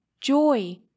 joy